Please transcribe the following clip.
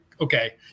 okay